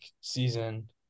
season